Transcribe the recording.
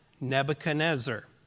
Nebuchadnezzar